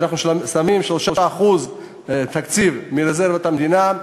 שאנחנו שמים 3% תקציב מרזרבות המדינה,